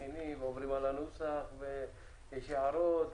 מכינים, עוברים על הנוסח ויש הערות.